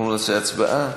אנחנו נעשה הצבעה.